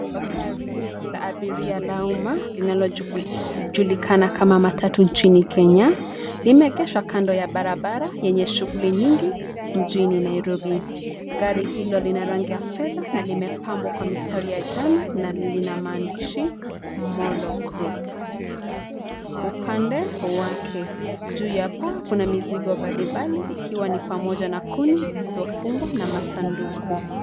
Gari la abiria la umma linalo, julikana kama matatu nchini Kenya, limeegeshwa kando ya barabara yenye shughuli nyingi, mjini Nairobi, gari hilo lina rangi ya fedha na limepambwa kwa mistari ya njano na lina maandishi, Molo Group , upande wake, juu ya paa kuna mizigo mbalimbali ikiwa ni pamoja na kuni zilizofungwa na masanduku.